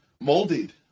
molded